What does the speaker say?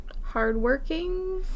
hardworking